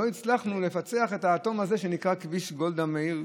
לא הצלחנו לפצח את האטום הזה שנקרא כביש גולדה מאיר,